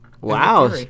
Wow